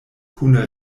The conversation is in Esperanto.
kune